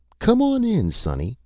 come on in, sonny.